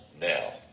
now